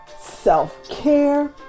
self-care